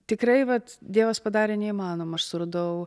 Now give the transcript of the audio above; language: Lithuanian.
tikrai vat dievas padarė neįmanomą aš suradau